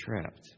trapped